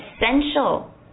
essential